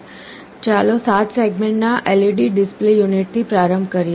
ચાલો 7 સેગમેન્ટના LED display યુનિટથી પ્રારંભ કરીએ